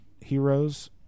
Heroes